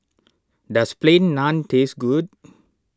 does Plain Naan taste good